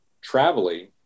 traveling